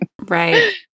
Right